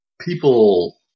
People